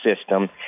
system